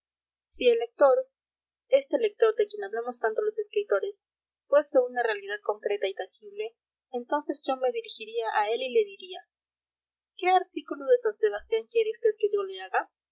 si el lector este lector de quien hablamos tanto los escritores fuese una realidad concreta y tangible entonces yo me dirigiría a él y le diría qué artículo de san sebastián